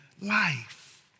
life